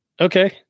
Okay